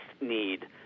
need